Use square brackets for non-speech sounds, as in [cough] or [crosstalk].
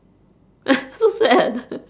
[noise] so sad [noise]